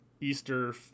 Easter